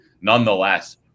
nonetheless